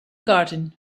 garden